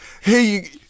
Hey